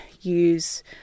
use